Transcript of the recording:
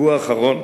והוא האחרון,